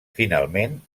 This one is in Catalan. finalment